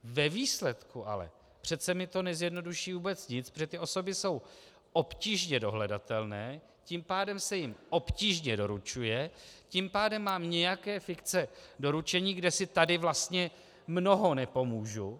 Ve výsledku ale přece mi to nezjednoduší vůbec nic, protože ty osoby jsou obtížně dohledatelné, tím pádem se jim obtížně doručuje, tím pádem mám nějaké fikce doručení, kde si tady vlastně mnoho nepomůžu.